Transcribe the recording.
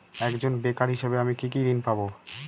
একজন বেকার হিসেবে আমি কি কি ঋণ পাব?